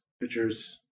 pictures